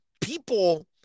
people